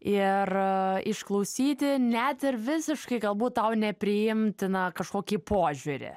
ir išklausyti net ir visiškai galbūt tau nepriimtiną kažkokį požiūrį